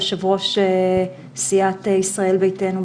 יושב ראש סיעת ישראל ביתנו,